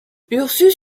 ursus